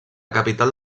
capital